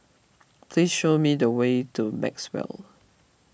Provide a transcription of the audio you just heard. please show me the way to Maxwell